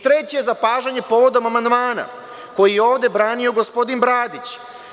Treće zapažanje povodom amandmana koji je ovde branio gospodin Bradić.